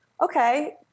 Okay